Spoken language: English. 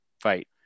fight